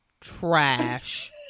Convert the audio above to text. trash